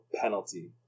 PENALTY